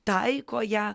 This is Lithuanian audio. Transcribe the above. taiko ją